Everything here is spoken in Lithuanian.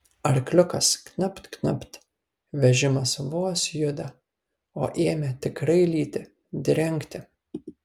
arkliukas knapt knapt vežimas vos juda o ėmė tikrai lyti drengti